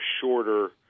shorter